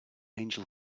angel